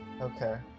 Okay